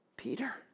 Peter